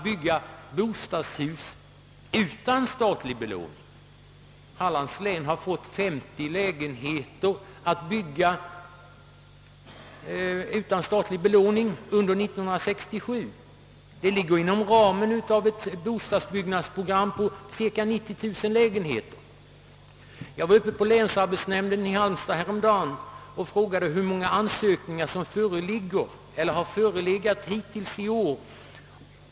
Likaså har fastställts en kvot om 50 lägenheter för byggande av bostadshus utan statlig belåning under 1967. Den kvoten ligger inom ramen för bostadsbyggnadsprogrammets cirka 90 000 lägenheter. Häromdagen var jag uppe på läns arbetsnämnden i Halmstad och frågade, hur många ansökningar om byggande av lägenheter utan statsbelåning som inkommit hittills i år.